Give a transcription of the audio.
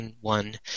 one